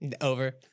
over